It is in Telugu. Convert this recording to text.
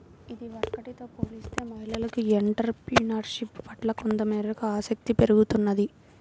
ఇదివరకటితో పోలిస్తే మహిళలకు ఎంటర్ ప్రెన్యూర్షిప్ పట్ల కొంతమేరకు ఆసక్తి పెరుగుతున్నది